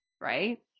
right